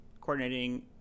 coordinating –